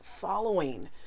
following